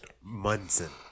Munson